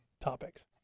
topics